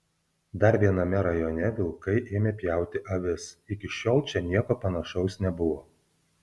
dar viename rajone vilkai ėmė pjauti avis iki šiol čia nieko panašaus nebuvo